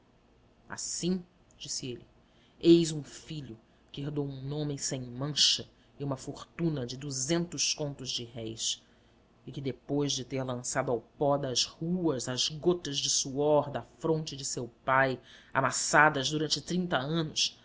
de olhar inexprimível assim disse ele eis um filho que herdou um nome sem mancha e uma fortuna de duzentos contos de réis e que depois de ter lançado ao pó das ruas as gotas de suor da fronte de seu pai amassadas durante trinta anos